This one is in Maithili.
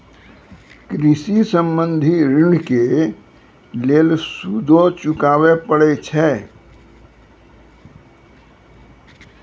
कृषि संबंधी ॠण के लेल सूदो चुकावे पड़त छै?